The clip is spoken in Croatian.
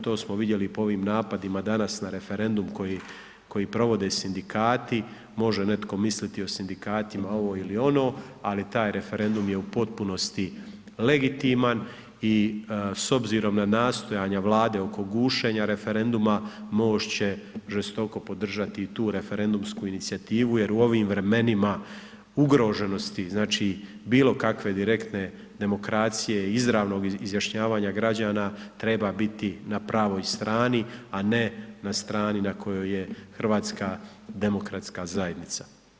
To smo vidjeli po ovim napadima danas na referendum koji, koji provode sindikati, može netko misliti o sindikatima ovo ili ono, ali taj referendum je u potpunosti legitiman i s obzirom na nastojanja vlade oko gušenja referenduma MOST će žestoko podržati tu referendumsku inicijativu jer u ovim vremenima ugroženosti, znači bilo kakve direktne demokracije, izravnog izjašnjavanja građana treba biti na pravoj strani, a ne na strani na kojoj je HDZ.